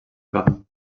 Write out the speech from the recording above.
camp